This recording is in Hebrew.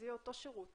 זה יהיה אותו שירות.